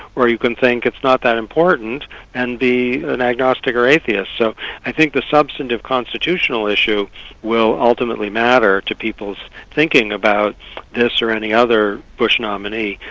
or you can think it's not that important and be an agnostic or atheist. so i think the substantive constitutional issue will ultimately matter to people's thinking about this or any other bush nominee.